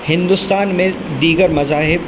ہندوستان میں دیگر مذاہب